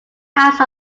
asked